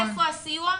איפה הסיוע?